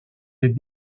des